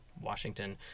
Washington